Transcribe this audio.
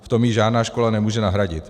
V tom ji žádná škola nemůže nahradit.